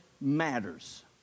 matters